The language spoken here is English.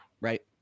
right